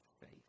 faith